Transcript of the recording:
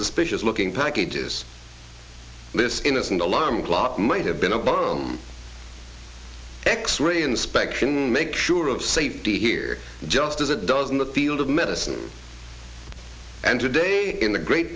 is spacious looking packages this innocent alarm clock might have been a bomb x ray inspection make sure of safety here just as a does in the field of medicine and today in the great